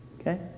Okay